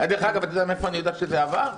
דרך אגב, אתה יודע מאיפה אני יודע שזה עבר?